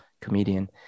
comedian